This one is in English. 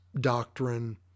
doctrine